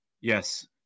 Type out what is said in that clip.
Yes